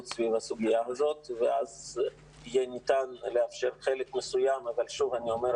סביב הסוגיה הזאת ואז יהיה ניתן לאפשר חלק מסוים אבל שוב אני אומר,